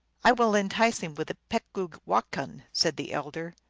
i will entice him with the pecpoogwokan said the elder,